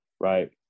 Right